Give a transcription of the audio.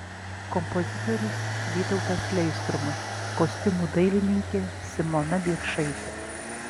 kompozitorius vytautas leistrumas kostiumų dailininkė simona biekšaitė